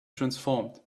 transformed